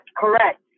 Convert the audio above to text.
correct